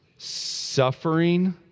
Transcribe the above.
suffering